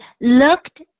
looked